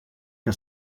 que